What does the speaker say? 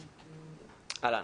בבקשה.